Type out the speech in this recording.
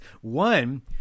one